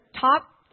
top